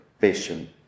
vision